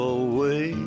away